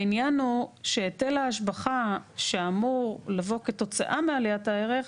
העניין הוא שהיטל ההשבחה שאמור לבוא כתוצאה מעליית הערך,